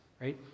right